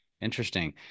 interesting